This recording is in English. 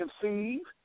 conceive